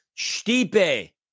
Stipe